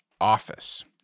office